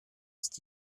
ist